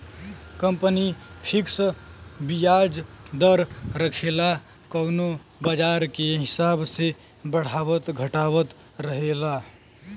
company fix बियाज दर रखेला कउनो बाजार के हिसाब से बढ़ावत घटावत रहेला